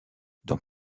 dans